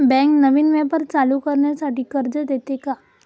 Bank नवीन व्यापार चालू करण्यासाठी कर्ज देते का?